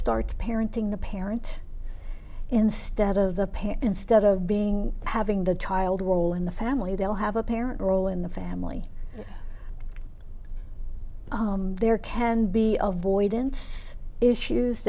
start parenting the parent instead of the parent instead of being having the child role in the family they'll have a parent role in the family there can be avoidance issues